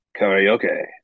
karaoke